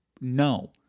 No